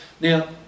Now